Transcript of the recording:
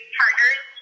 partners